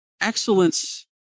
excellence